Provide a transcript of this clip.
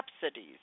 subsidies